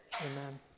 amen